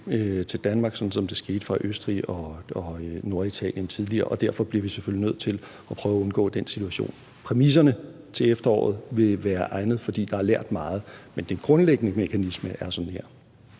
til Danmark, sådan som det skete fra Østrig og Norditalien tidligere, og derfor bliver vi selvfølgelig nødt til at prøve at undgå den situation. Præmisserne til efteråret vil være egnede, for der er lært meget, men den grundlæggende mekanisme er sådan her.